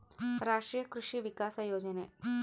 ರಾಷ್ಟ್ರೀಯ ಕೃಷಿ ವಿಕಾಸ ಯೋಜನೆ